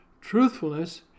truthfulness